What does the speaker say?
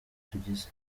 tugize